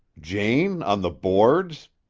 jane on the boards!